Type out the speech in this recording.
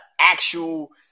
actual